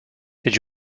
did